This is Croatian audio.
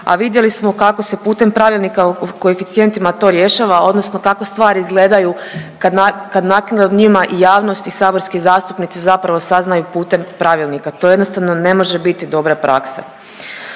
a vidjeli smo kako se putem pravilnika o koeficijentima to rješava odnosno kako stvari izgledaju kad naknadno o njima i javnost i saborski zastupnici zapravo saznaju putem pravilnika. To je jednostavno ne može biti dobra praksa.